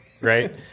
Right